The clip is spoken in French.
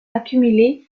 accumuler